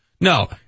No